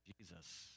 Jesus